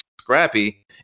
scrappy